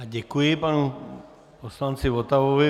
Děkuji panu poslanci Votavovi.